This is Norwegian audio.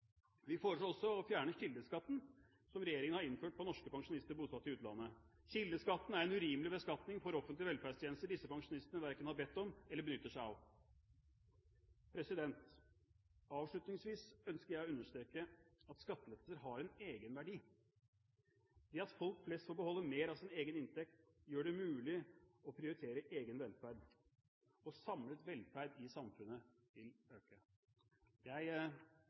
Vi foreslår også å fjerne kildeskatten, som regjeringen har innført for norske pensjonister bosatt i utlandet. Kildeskatten er en urimelig beskatning for offentlige velferdstjenester disse pensjonistene verken har bedt om eller benytter seg av. Avslutningsvis ønsker jeg å understreke at skattelettelser har en egenverdi. Det at folk flest får beholde mer av sin egen inntekt, gjør det mulig å prioritere egen velferd, og samlet velferd i samfunnet vil